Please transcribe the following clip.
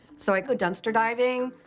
so i go dumpster diving.